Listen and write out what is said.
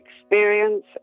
experience